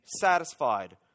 satisfied